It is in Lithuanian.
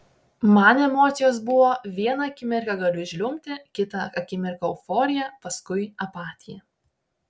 man emocijos buvo vieną akimirką galiu žliumbti kitą akimirką euforija paskui apatija